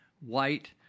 white